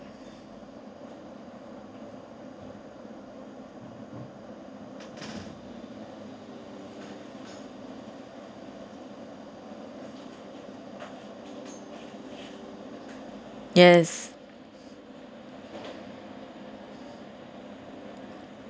yes